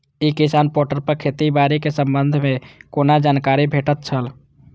ई Kisan portal पर खेती बाड़ी के संबंध में कोना जानकारी भेटय छल?